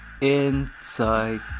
inside